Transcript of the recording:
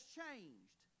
changed